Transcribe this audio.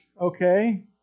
okay